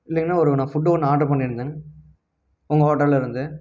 இல்லைங்கண்ணா ஒரு நான் ஃபுட்டு ஒன்று ஆர்டர் பண்ணியிருந்தேன் உங்கள் ஹோட்டலில் இருந்து